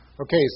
Okay